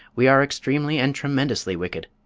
we are extremely and tremendously wicked.